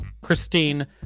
Christine